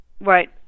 Right